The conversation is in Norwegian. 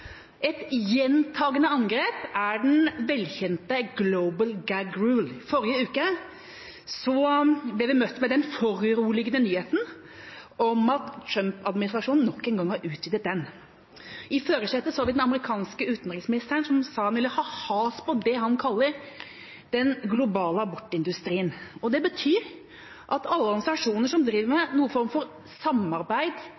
Et gjentagende angrep er den velkjente «global gag rule». I forrige uke ble vi møtt med den foruroligende nyheten om at Trump-administrasjonen nok en gang har utvidet den. I førersetet så vi den amerikanske utenriksministeren, som sa at han ville få has på det han kaller den globale abortindustrien. Det betyr at alle organisasjoner som driver